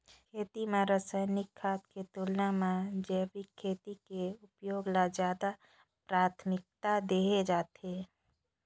खेती म रसायनिक खाद के तुलना म जैविक खेती के उपयोग ल ज्यादा प्राथमिकता देहे जाथे